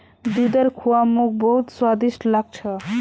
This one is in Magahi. दूधेर खुआ मोक बहुत स्वादिष्ट लाग छ